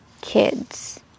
kids